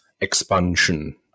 expansion